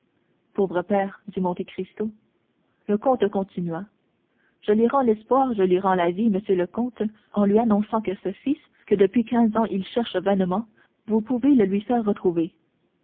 pauvre père dit monte cristo le comte continua je lui rends l'espoir je lui rends la vie monsieur le comte en lui annonçant que ce fils que depuis quinze ans il cherche vainement vous pouvez le lui faire retrouver